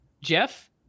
Jeff